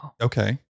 Okay